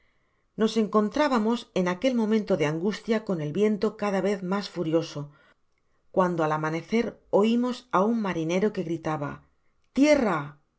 nos encontrábamos en aquel momento de angustia con el viento cada vez mas furioso cuando al amanecer oiraos á un marinero que gritaba tierra